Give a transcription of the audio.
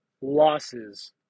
losses